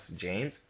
James